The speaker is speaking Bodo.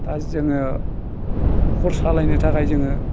दा जोङो न'खर सालायनो थाखाय जोङो